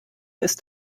ist